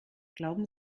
glauben